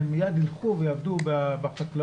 הם מיד ילכו ויעבוד בחקלאות,